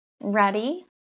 ready